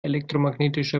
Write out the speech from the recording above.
elektromagnetischer